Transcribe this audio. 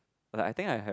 like I think I have